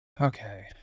Okay